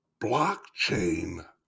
Blockchain